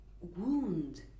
wound